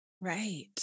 Right